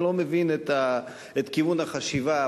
אני לא מבין את כיוון החשיבה.